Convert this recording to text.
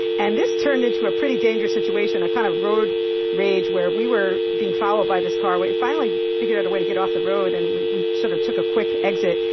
and this turned into a pretty dangerous situation, a kind of road rage, where we were being followed by this car. we finally figured out a way to get off the road. and we we sort of took a quick exit.